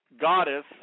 goddess